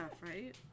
right